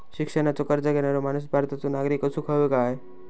शिक्षणाचो कर्ज घेणारो माणूस भारताचो नागरिक असूक हवो काय?